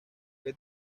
que